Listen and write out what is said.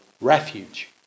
refuge